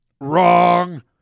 wrong